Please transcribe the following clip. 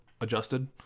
adjusted